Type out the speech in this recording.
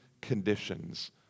conditions